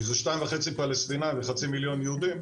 כי זה שניים וחצי פלסטינאיים וחצי מיליון יהודים,